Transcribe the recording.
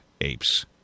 apes